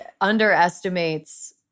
underestimates